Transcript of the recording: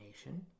nation